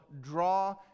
draw